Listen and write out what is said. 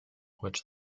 which